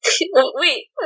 Wait